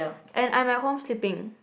and I'm at home sleeping